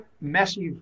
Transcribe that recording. massive